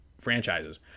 franchises